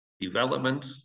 development